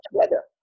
together